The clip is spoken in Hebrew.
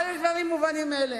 אבל יש דברים מובנים מאליהם.